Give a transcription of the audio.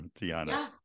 Tiana